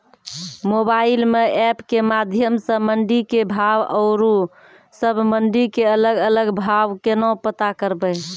Mobile म app के माध्यम सऽ मंडी के भाव औरो सब मंडी के अलग अलग भाव केना पता करबै?